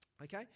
Okay